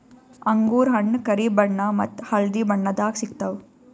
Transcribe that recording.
ಅಂಗೂರ್ ಹಣ್ಣ್ ಕರಿ ಬಣ್ಣ ಮತ್ತ್ ಹಳ್ದಿ ಬಣ್ಣದಾಗ್ ಸಿಗ್ತವ್